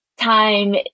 time